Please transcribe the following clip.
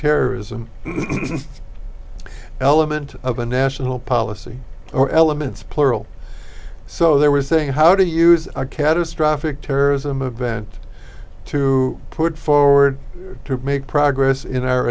terrorism element of a national policy or elements plural so they were saying how to use a catastrophic terrorism event to put forward to make progress in our